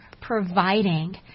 providing